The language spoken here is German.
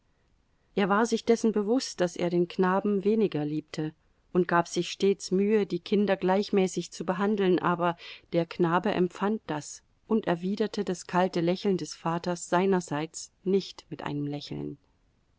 er war sich dessen bewußt daß er den knaben weniger liebte und gab sich stets mühe die kinder gleichmäßig zu behandeln aber der knabe empfand das und erwiderte das kalte lächeln des vaters seinerseits nicht mit einem lächeln